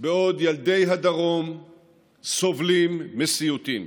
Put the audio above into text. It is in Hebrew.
בעוד ילדי הדרום סובלים מסיוטים.